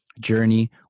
journey